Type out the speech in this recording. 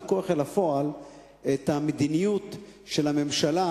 הכוח אל הפועל את המדיניות של הממשלה,